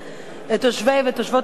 את תושבי הדרום ותושבות הדרום,